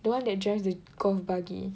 the one that drives the golf buggy